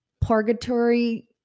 purgatory